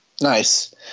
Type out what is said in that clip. Nice